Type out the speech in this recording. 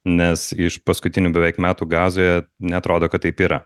nes iš paskutinių beveik metų gazoje neatrodo kad taip yra